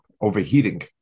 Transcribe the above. Overheating